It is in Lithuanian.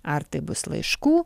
ar tai bus laiškų